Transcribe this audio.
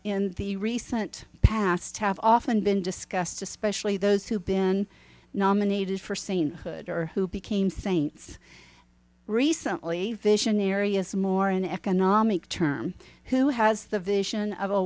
in the recent past have often been discussed especially those who've been nominated for sainthood or who became saints recently visionary is more an economic term who has the vision of a